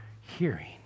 hearing